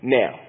now